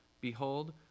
Behold